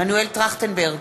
מנואל טרכטנברג,